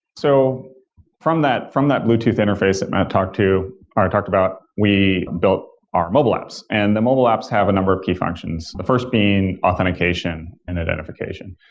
so from that from that bluetooth interface that matt talked to or talked about, we built our mobile apps, and the mobile apps have a number of key functions. the first being authentication and identification.